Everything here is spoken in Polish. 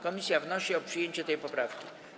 Komisja wnosi o przyjęcie tej poprawki.